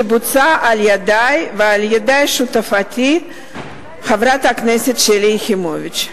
שהוצעה על-ידי ועל-ידי שותפתי חברת הכנסת שלי יחימוביץ.